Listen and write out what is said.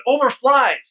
overflies